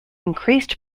increased